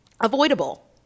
avoidable